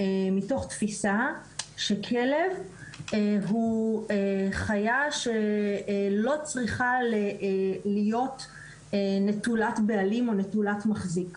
מתוך תפיסה שכלב הוא חיה שלא צריכה להיות נטולת בעלים או נטולת מחזיק.